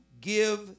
give